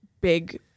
big